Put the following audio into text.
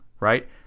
right